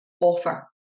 offer